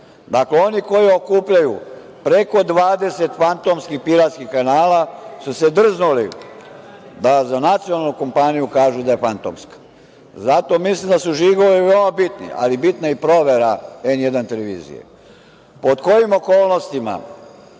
oni koji okupljaju preko 20 fantomskih, piratskih kanala su se drznuli, da za nacionalnu kompaniju da kažu, da je fantomska. Zato mislim da su žigovi veoma bitni, ali bitna je i provera N1 televizije.